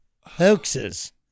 hoaxes